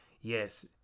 Yes